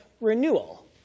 renewal